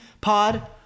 pod